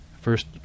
first